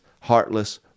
heartless